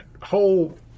whole